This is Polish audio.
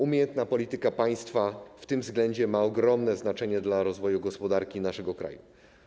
Umiejętna polityka państwa w tym względzie ma ogromne znaczenie dla rozwoju gospodarki naszego kraju.